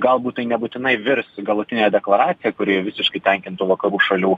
galbūt tai nebūtinai virs galutine deklaracija kuri visiškai tenkintų vakarų šalių